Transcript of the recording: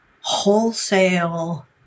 wholesale